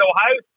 Ohio